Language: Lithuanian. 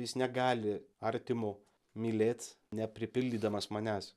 jis negali artimo mylėt nepripildydamas manęs